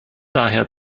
daher